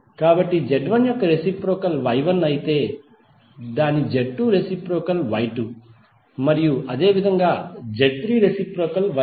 కాబట్టి Z1 యొక్క reciprocal Y1 అయితే దాని Z2 రెసిప్రొకల్ Y2 మరియు అదేవిధంగా Z3 రెసిప్రొకల్ Y3